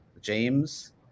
James